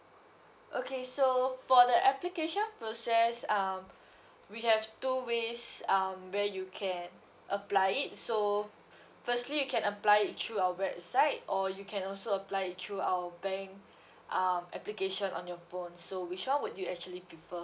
okay so for the application process um we have two ways um where you can apply it so firstly you can apply it through our website or you can also apply it through our bank um application on your phone so which one would you actually prefer